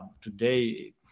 today